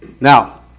now